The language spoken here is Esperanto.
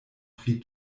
pri